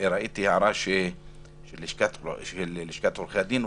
כי ראיתי הערה של לשכת עורכי הדין,